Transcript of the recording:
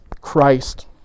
Christ